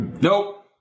Nope